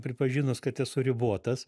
pripažinus kad esu ribotas